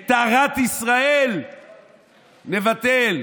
את טהרת ישראל נבטל.